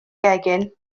gegin